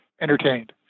entertained